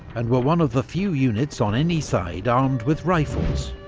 and were one of the few units on any side armed with rifles.